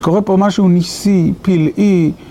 קורה פה משהו ניסי, פלאי.